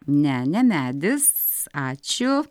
ne ne medis ačiū